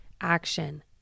action